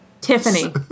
Tiffany